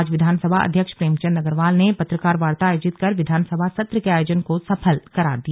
आज विधानसभा अध्यक्ष प्रेमचन्द अग्रवाल ने पत्रकार वार्ता आयोजित कर विधानसभा सत्र के आयोजन को सफल करार दिया